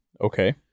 Okay